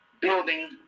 building